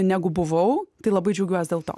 negu buvau tai labai džiaugiuosi dėl to